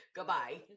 Goodbye